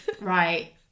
Right